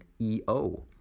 EO